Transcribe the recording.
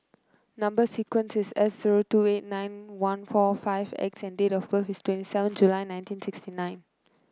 number sequence is S zero two eight nine one four five X and date of birth is twenty seven July nineteen sixty nine